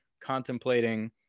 contemplating